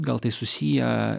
gal tai susiję